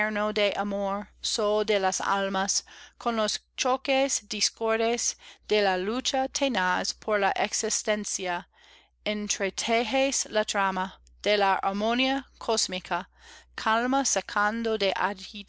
de las almas con los choques discordes de la lucha tenaz por la existencia entretejes la trama de la armonía cósmica calma sacando de